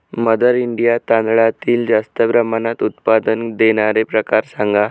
mother India तांदळातील जास्त प्रमाणात उत्पादन देणारे प्रकार सांगा